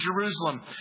Jerusalem